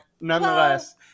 nonetheless